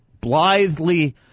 blithely